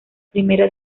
primera